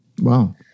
Wow